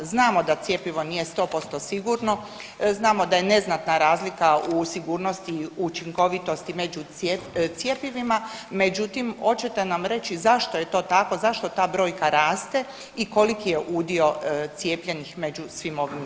Znamo da cjepivo nije 100% sigurno, znamo da je neznatna razlika u sigurnosti i učinkovitosti među cjepivima, međutim hoćete nam reći zašto je to tako, zašto ta brojka raste i koliki je udio cijepljenih među svim ovim nabrojenim?